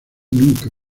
nunca